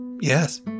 Yes